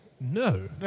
no